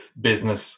business